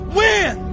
win